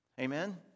Amen